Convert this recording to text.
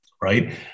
right